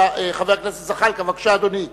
חבר הכנסת זחאלקה, בבקשה, אדוני.